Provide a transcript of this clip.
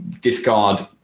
discard